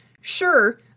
sure